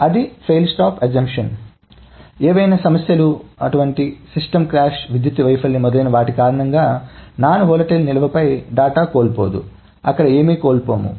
కాబట్టి అది fail stop assumption ఏవైనా సమస్యలు సిస్టమ్ క్రాష్ విద్యుత్ వైఫల్యం మొదలైన వాటి కారణంగా నాన్ వాలటైల్ నిల్వపై డేటా కోల్పోదు అక్కడ ఏమీ కోల్పోము